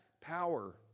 power